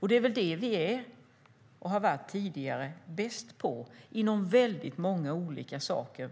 Vi är väl, och har varit, bäst på många olika tekniska saker.